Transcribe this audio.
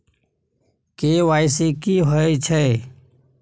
KYC की हय छै?